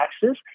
taxes